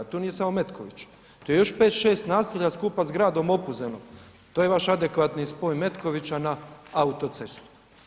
Tu nije samo Metković, tu je još 5, 6 naselja skupa sa gradom Opuzenom, to je vaš adekvatni spoj Metkovića na autocestu.